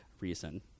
reason